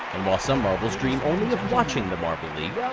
some marbles dream only of watching the marble league,